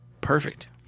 Perfect